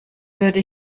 würde